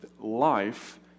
Life